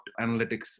analytics